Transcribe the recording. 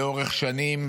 לאורך שנים